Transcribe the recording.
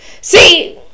See